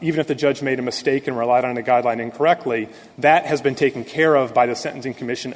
even if the judge made a mistake and relied on the guideline incorrectly that has been taken care of by the sentencing commission